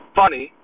funny